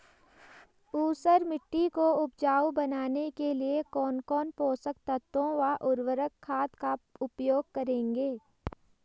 ऊसर मिट्टी को उपजाऊ बनाने के लिए कौन कौन पोषक तत्वों व उर्वरक खाद का उपयोग करेंगे?